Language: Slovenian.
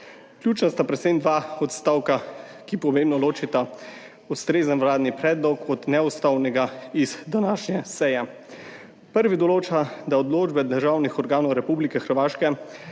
Ključna sta predvsem dva odstavka, ki pomembno ločita ustrezen vladni predlog od neustavnega z današnje seje. Prvi določa, da so odločbe državnih organov Republike Hrvaške,